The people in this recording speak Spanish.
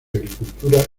agricultura